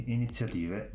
iniziative